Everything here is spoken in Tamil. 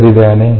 சரிதானே